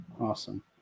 awesome